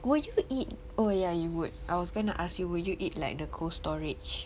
will you eat oh yeah you would I was going to ask you would you eat like the Cold Storage